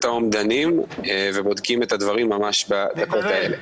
האומדנים ובודקים את הדברים ממש בדקות האלה.